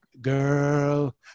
girl